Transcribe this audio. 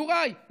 יוראי,